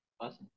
Awesome